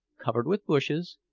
covered with bushes,